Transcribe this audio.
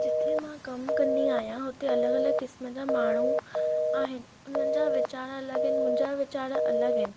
जिथे मां कमु कंदी आहियां हुते अलॻि अलॻि क़िस्म जा माण्हू आहिनि हुननि जा वीचार अलॻि आहिनि मुंहिंजा वीचार अलॻि आहिनि